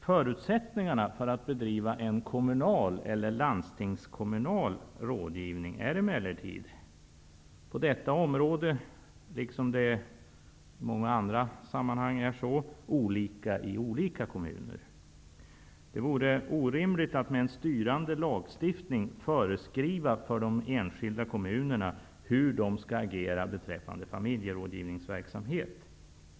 Förutsättningarna för att bedriva en kommunal eller landstingskommunal rådgivning är emellertid på detta område, liksom i många andra sammanhang, olika i olika kommuner. Det vore orimligt att med en styrande lagstiftning föreskriva för de enskilda kommunerna hur de skall agera beträffande familjerådgivningsverksamhet.